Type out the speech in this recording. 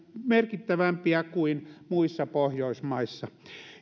merkittävämpiä kuin muissa pohjoismaissa